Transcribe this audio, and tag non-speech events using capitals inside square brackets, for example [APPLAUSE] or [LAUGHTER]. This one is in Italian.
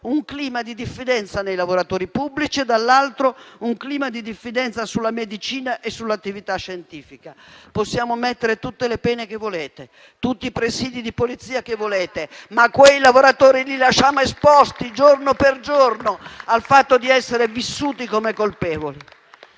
un clima di diffidenza verso i lavoratori pubblici e, dall'altro, un clima di diffidenza verso la medicina e l'attività scientifica. Possiamo mettere tutte le pene che volete, tutti i presìdi di polizia che volete, [APPLAUSE] ma quei lavoratori li lasciamo esposti giorno dopo giorno al fatto di essere vissuti come colpevoli.